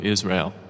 Israel